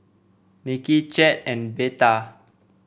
Nicki Chet and Betha